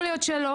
יכול להיות שלא.